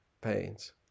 pains